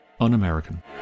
Un-American